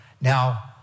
Now